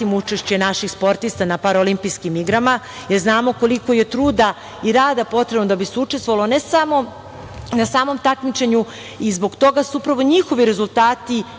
učešće naših sportista na paraolimpijskim igrama jer znamo koliko je truda i rada potrebno da bi se učestvovalo ne samo na samom takmičenju i zbog toga su upravo njihovi rezultati